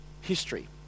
history